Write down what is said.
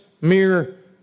mere